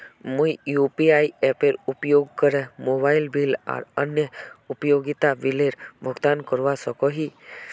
मुई यू.पी.आई एपेर उपयोग करे मोबाइल बिल आर अन्य उपयोगिता बिलेर भुगतान करवा सको ही